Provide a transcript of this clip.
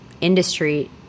industry